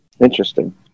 Interesting